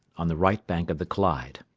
on the right bank of the clyde.